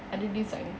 ada design